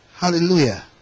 Hallelujah